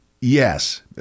yes